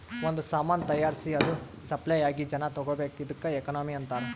ಒಂದ್ ಸಾಮಾನ್ ತೈಯಾರ್ಸಿ ಅದು ಸಪ್ಲೈ ಆಗಿ ಜನಾ ತಗೋಬೇಕ್ ಇದ್ದುಕ್ ಎಕನಾಮಿ ಅಂತಾರ್